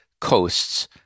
coasts